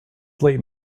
late